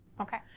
Okay